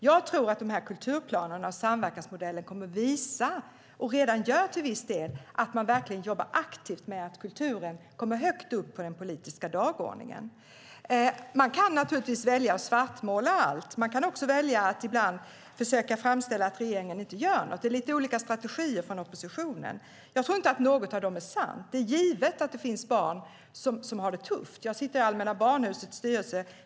Jag tror att kulturplanen och samverkansmodellen kommer att visa - och redan gör det i viss del - att man jobbar aktivt med att kulturen kommer högt upp på den politiska dagordningen. Man kan naturligtvis välja att svartmåla allt. Man kan också välja att ibland försöka framställa det så att regeringen inte gör något. Det är lite olika strategier från oppositionen. Jag tror inte att något av det är sant. Det är givet att det finns barn som har det tufft. Jag sitter i Allmänna barnhusets styrelse.